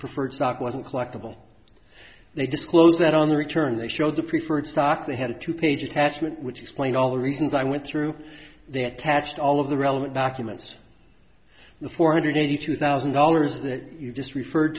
preferred stock wasn't collectable they disclosed that on the return they showed the preferred stock they had a two page attachment which explained all the reasons i went through the attached all of the relevant documents the four hundred eighty two thousand dollars that you just referred